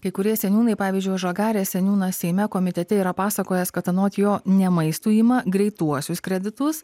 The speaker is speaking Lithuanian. kai kurie seniūnai pavyzdžiui žagarės seniūnas seime komitete yra pasakojęs kad anot jo ne maistui ima greituosius kreditus